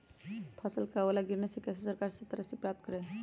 फसल का ओला गिरने से कैसे सरकार से सहायता राशि प्राप्त करें?